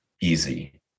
easy